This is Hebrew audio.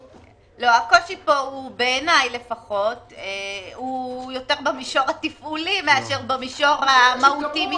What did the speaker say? הקושי פה הוא בעיניי יותר במישור התפעולי מאשר במישור המהותי משפטי,